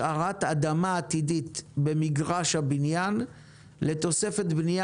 אדמה עתידית במגרש הבניין לתוספת בנייה